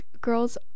girls